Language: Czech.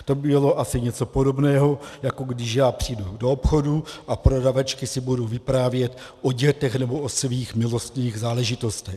To by bylo asi něco podobného, jako když já přijdu do obchodu a prodavačky si budou vyprávět o dětech nebo o svých milostných záležitostech.